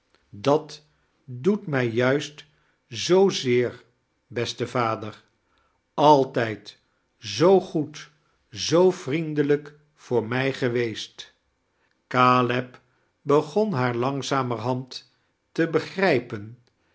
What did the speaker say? dat doet mij juist zoo zeer beste vader altijd zoo goed zoo vriendelijk voor mij geweest caleb begon haar langzamerhand te begrijpen